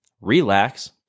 relax